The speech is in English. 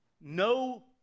No